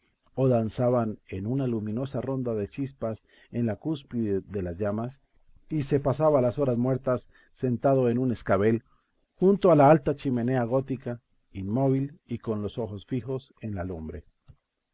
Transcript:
o danzaban en una luminosa ronda de chispas en la cúspide de las llamas y se pasaba las horas muertas sentado en un escabel junto a la alta chimenea gótica inmóvil y con los ojos fijos en la lumbre